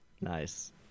Nice